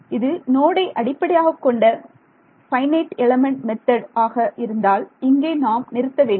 இது நோடை அடிப்படையாகக் கொண்ட FEM ஆக இருந்தால் இங்கே நாம் நிறுத்த வேண்டும்